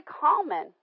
common